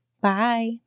Bye